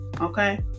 Okay